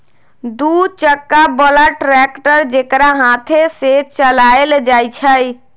दू चक्का बला ट्रैक्टर जेकरा हाथे से चलायल जाइ छइ